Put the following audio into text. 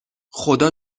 خدا